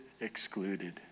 Excluded